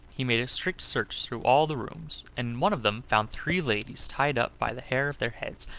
he made a strict search through all the rooms, and in one of them found three ladies tied up by the hair of their heads,